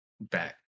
back